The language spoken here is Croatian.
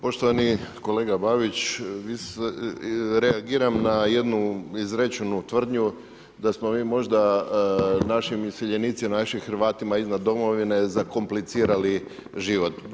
Poštovani kolega Babić, reagiram na jednu izrečenu tvrdnju da smo mi možda našim iseljenicima, našim Hrvatima izvan domovine zakomplicirali život.